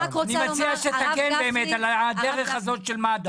אני מציע שתגן על הדרך הזאת של מד"א.